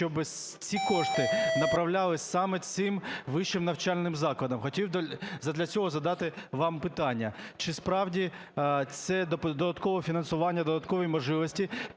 щоб ці кошти направлялись саме цим вищим навчальним закладам. Хотів задля цього задати вам питання. Чи справді це додаткове фінансування, додаткові можливості